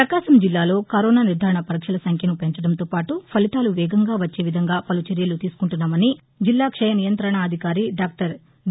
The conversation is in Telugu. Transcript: ప్రపకాశం జిల్లాలో కరోనా నిర్దారణ పరీక్షల సంఖ్యను పెంచడంతో పాటు ఫలితాలు వేగంగా వచ్చే విధంగా పలు చర్యలు తీసుకుంటున్నామని జిల్లా క్షయ నియంతణాధికారి డాక్టర్ డి